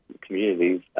communities